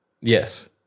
Yes